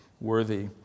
worthy